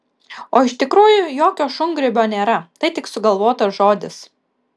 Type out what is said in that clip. o iš tikrųjų jokio šungrybio nėra tai tik sugalvotas žodis